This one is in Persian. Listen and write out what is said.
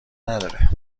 نداره